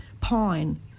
pine